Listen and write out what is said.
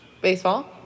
baseball